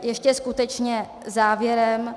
Ještě skutečně závěrem.